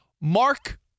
Mark